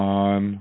on